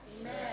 Amen